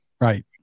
Right